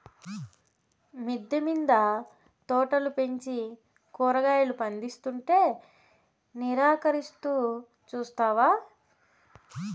మిద్దె మింద తోటలు పెంచి కూరగాయలు పందిస్తుంటే నిరాకరిస్తూ చూస్తావా